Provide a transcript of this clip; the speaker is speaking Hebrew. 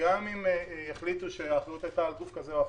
וגם אם יחליטו שהאחריות הייתה על גוף כזה או אחר,